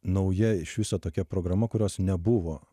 nauja iš viso tokia programa kurios nebuvo